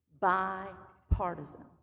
Bipartisan